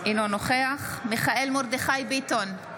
אינו נוכח מיכאל מרדכי ביטון,